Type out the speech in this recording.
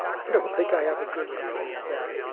i don't think i have a good theory of that.